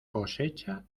cosecha